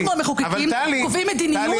אנחנו המחוקקים קובעים מדיניות --- טלי,